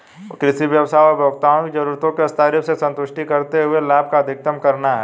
कृषि व्यवसाय उपभोक्ताओं की जरूरतों को स्थायी रूप से संतुष्ट करते हुए लाभ को अधिकतम करना है